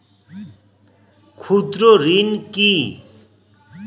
ক্ষুদ্র ঋণ কি?